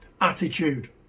attitude